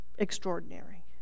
extraordinary